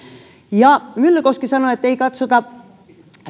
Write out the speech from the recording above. myllykoski sanoi ettei nyt katsota